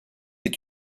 est